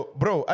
bro